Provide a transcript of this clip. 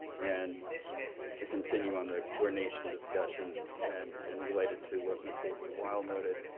and just to continue on the coordination discussion and and related to what mr. weil noted,